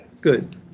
Good